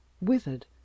withered